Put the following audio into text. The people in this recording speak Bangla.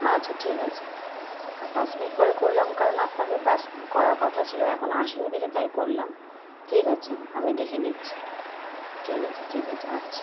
আচ্ছা ঠিক আছে আর পাঁচ মিনিট পরে করলাম কারণ আপনাদের পাস করার কথা ছিলো এখনও আসে নি দেখে তাই ঠিক আছে আমি দেখে নিচ্ছি ঠিক আছে ঠিক আছে আচ্ছা